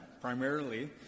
Primarily